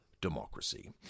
democracy